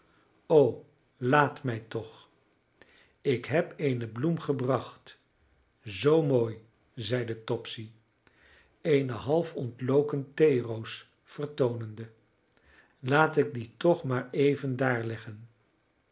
o laat mij toch ik heb eene bloem gebracht zoo mooi zeide topsy eene half ontloken theeroos vertoonende laat ik die toch maar even daar